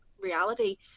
reality